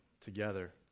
together